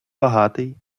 багатий